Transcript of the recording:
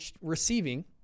receiving